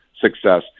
success